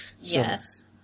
Yes